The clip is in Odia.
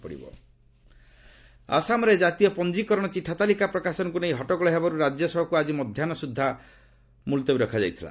ଆର୍ଏସ୍ ଆଡ୍ଜର୍ଣ୍ଣ ଆସାମରେ ଜାତୀୟ ପଞ୍ଜୀକରଣ ଚିଠା ତାଲିକା ପ୍ରକାଶନକୁ ନେଇ ହଟ୍ଟଗୋଳ ହେବାରୁ ରାଜ୍ୟସଭାକୁ ଆଜି ମଧ୍ୟାହ୍ନ ସୁଦ୍ଧା ମୁଲତବୀ ରଖାଯାଇଥିଲା